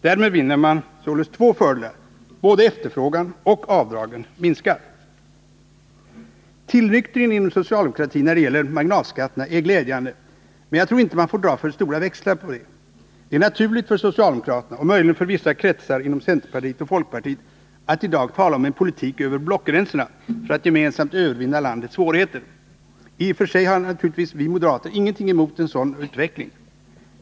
Därmed vinner man således två fördelar — både efterfrågan och avdragen minskar. Tillnyktringen inom socialdemokratin när det gäller marginalskatterna är glädjande, men jag tror inte man får dra för stora växlar på det. Det är naturligt för socialdemokraterna och möjligen för vissa kretsar inom centerpartiet och folkpartiet att i dag tala om en politik över blockgränserna för att gemensamt övervinna landets svårigheter. I och för sig har naturligtvis vi moderater ingenting emot en sådan utveckling.